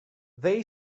they